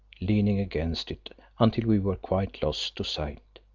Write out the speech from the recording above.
leaning against it until we were quite lost to sight.